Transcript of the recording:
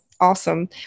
awesome